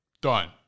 Done